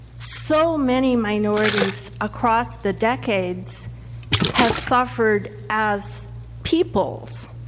so many minorities across the decades have suffered as people's